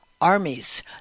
Armies